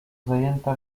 zajęta